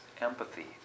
Empathy